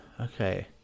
Okay